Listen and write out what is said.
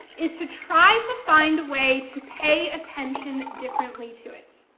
is to try to find a way to pay attention differently to it.